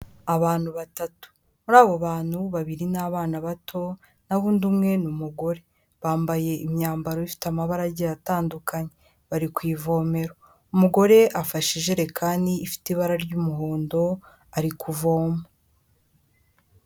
Abantu batatu muri abo bantu babiri ni abana bato, nkaho undi umwe n'umugore, bambaye imyambaro ifite amabara agiye atandukanye, bari ku ivomero, umugore afashe ijerekani ifite ibara ry'umuhondo ari kuvoma.